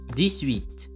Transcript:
dix-huit